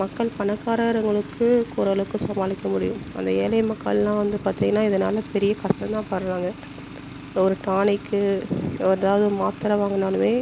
மக்கள் பணக்காரங்களுக்கு ஒரு அளவுக்கு சமாளிக்க முடியும் அந்த ஏழை மக்கள்லாம் வந்து பார்த்திங்கினா இதனால் பெரிய கஷ்டம் தான் படுறாங்க ஒரு டானிக்கு எதாவது ஒரு மாத்திரை வாங்கினாலுமே